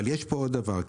יש פה דבר נוסף,